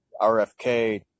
rfk